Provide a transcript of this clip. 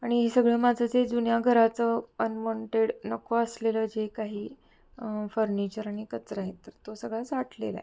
आणि हे सगळं माझं जे जुन्या घराचं अनवॉन्टेड नको असलेलं जे काही फर्निचर आणि कचरा आहे तर तो सगळा साठलेला आहे